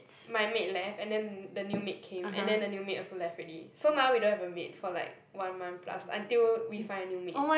my maid left and then the new maid came and then the new maid also left already so now we don't have a maid for like one month plus until we find a new maid